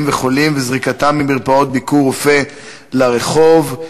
וחולים וזריקתם ממרפאות "ביקורופא" לרחוב,